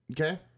okay